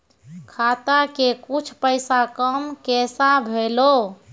खाता के कुछ पैसा काम कैसा भेलौ?